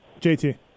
JT